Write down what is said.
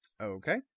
okay